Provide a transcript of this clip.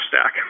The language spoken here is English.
stack